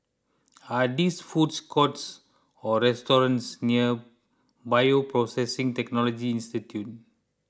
are this food courts or restaurants near Bioprocessing Technology Institute